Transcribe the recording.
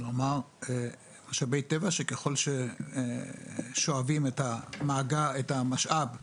כלומר, משאבי טבע שככל ששואבים את המשאב מתוכו,